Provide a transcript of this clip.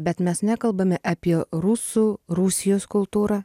bet mes nekalbame apie rusų rusijos kultūrą